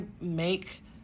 make